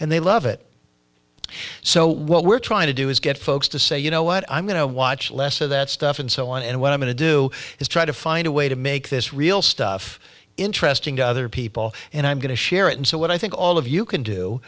and they love it so what we're trying to do is get folks to say you know what i'm going to watch less of that stuff and so on and what i'm going to do is try to find a way to make this real stuff interesting to other people and i'm going to share it and so what i think all of you can do